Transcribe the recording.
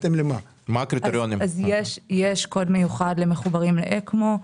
יש קוד מיוחד למחוברים לאקמו,